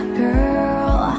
girl